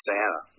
Santa